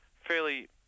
Fairly